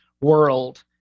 world